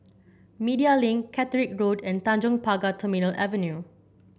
Media Link Caterick Road and Tanjong Pagar Terminal Avenue